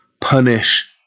punish